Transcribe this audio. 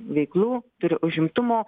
veiklų turi užimtumo